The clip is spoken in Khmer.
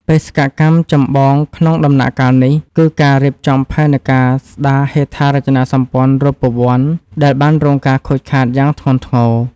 បេសកកម្មចម្បងក្នុងដំណាក់កាលនេះ គឺការរៀបចំផែនការស្តារហេដ្ឋារចនាសម្ព័ន្ធរូបវន្តដែលបានរងការខូចខាតយ៉ាងធ្ងន់ធ្ងរ។